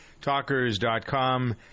Talkers.com